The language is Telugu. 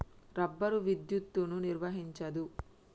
రబ్బరు విద్యుత్తును నిర్వహించదు